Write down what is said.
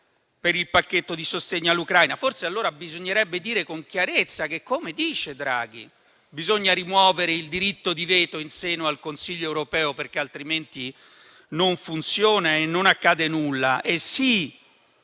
per il pacchetto di sostegno all'Ucraina. Forse bisognerebbe dire con chiarezza che - come dice Draghi - bisogna rimuovere il diritto di veto in seno al Consiglio europeo, perché altrimenti non funziona e non accade nulla.